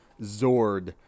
Zord